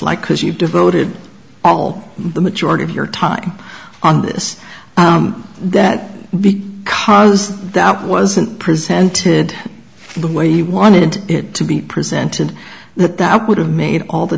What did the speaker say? like because you've devoted all the majority of your time on this that the cause that wasn't presented the way he wanted it to be presented that would have made all the